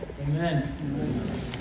Amen